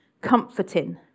comforting